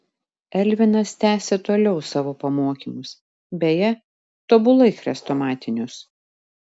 elvinas tęsė toliau savo pamokymus beje tobulai chrestomatinius